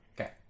Okay